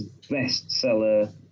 bestseller